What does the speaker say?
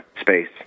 space